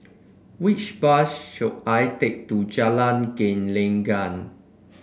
which bus should I take to Jalan Gelenggang